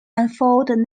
unfold